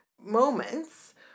moments